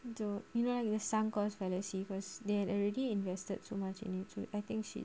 do you know when the sun goes by the sea first they already invested so much into I think she